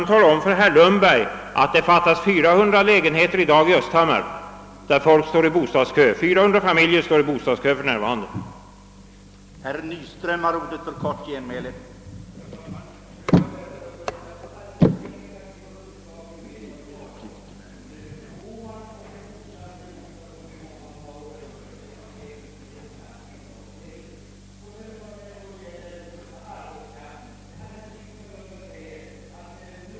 Hargshamn är beläget i ett industrifattigt område.